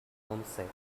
homesick